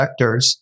vectors